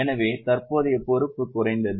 எனவே தற்போதைய பொறுப்பு குறைந்தது